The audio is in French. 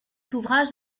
ouvrage